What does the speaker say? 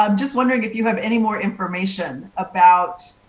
um just wondering if you have any more information about,